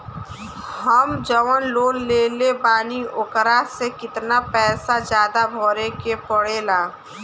हम जवन लोन लेले बानी वोकरा से कितना पैसा ज्यादा भरे के पड़ेला?